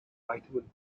vitamin